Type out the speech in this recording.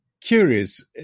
curious